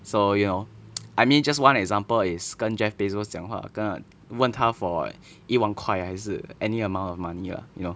so you know I mean just one example is 跟 jeff bezos 讲话跟问他 for 一万块还是 any amount of money lah you know